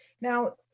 Now